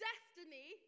Destiny